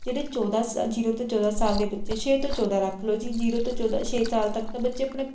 ਜਿਹੜੇ ਚੌਦ੍ਹਾਂ ਜੀਰੋ ਤੋਂ ਚੌਦਾ ਸਾਲ ਦੇ ਬੱਚੇ ਛੇ ਤੋਂ ਚੋਂਦਾ ਰੱਖ ਲਓ ਜੀ ਜੀਰੋ ਤੋਂ ਚੌਦ੍ਹਾਂ ਛੇ ਸਾਲ ਤੱਕ ਬੱਚੇ ਆਪਣੇ